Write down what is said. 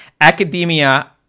academia